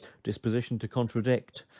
disposition to contradict,